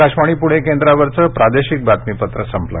आकाशवाणी पूणे केंद्रावरचं प्रादेशिक बातमीपत्र संपलं